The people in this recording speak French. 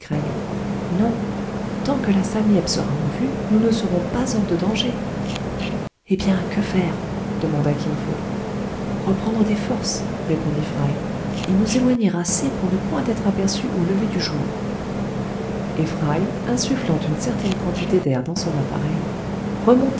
non tant que la sam yep sera en vue nous ne serons pas hors de danger eh bien que faire demanda kin fo reprendre des forces répondit fry et nous éloigner assez pour ne point être aperçus au lever du jour et fry insufflant une certaine quantité d'air dans son appareil